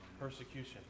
persecution